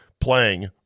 playing